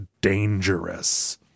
dangerous